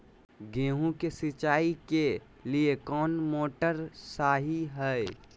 गेंहू के सिंचाई के लिए कौन मोटर शाही हाय?